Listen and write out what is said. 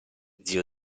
zio